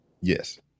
Yes